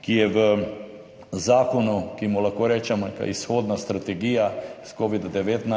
ki je v zakonu, ki mu lahko rečem izhodna strategija iz covida-19,